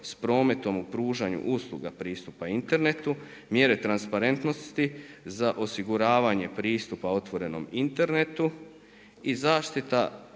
s prometom u pružanju usluga pristupa internetu, mjere transparentnosti za osiguravanje pristupa otvorenom internetu i zaštita